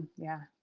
yeah.